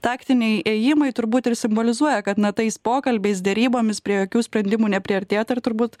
taktiniai ėjimai turbūt ir simbolizuoja kad na tais pokalbiais derybomis prie jokių sprendimų nepriartėta ir turbūt